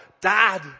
Dad